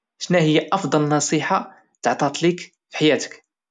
شناهيا افضل نصيحة تعطات ليك فحياتك؟